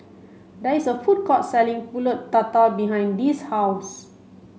there is a food court selling Pulut Tatal behind Dee's house